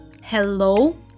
Hello